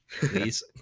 Please